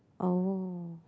oh